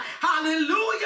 hallelujah